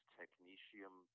technetium